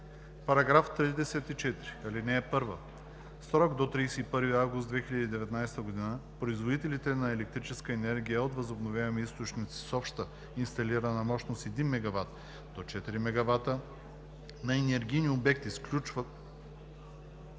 § 34: „§ 34. (1) В срок до 31 август 2019 г. производителите на електрическа енергия от възобновяеми източници с обща инсталирана мощност 1 MW до 4 МW на енергийни обекти сключват